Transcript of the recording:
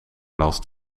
last